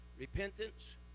Repentance